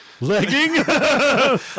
Legging